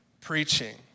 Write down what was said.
preaching